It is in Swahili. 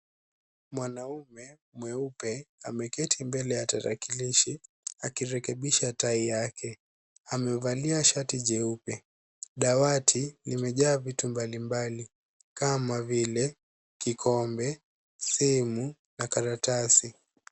Mwanaume mweupe ameketi mbele ya talakilishi ,akirekebisha tai amevalia shati jeupe. Dawati limejaa vitu mbali mbali kama vile kikombe, simu na karatasi.